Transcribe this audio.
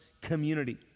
community